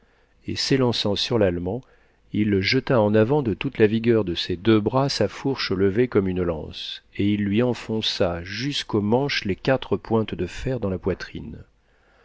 et s'élançant sur l'allemand il jeta en avant de toute la vigueur de ses deux bras sa fourche levée comme une lance et il lui enfonça jusqu'au manche les quatre pointes de fer dans la poitrine